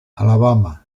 alabama